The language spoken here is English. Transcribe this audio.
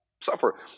suffer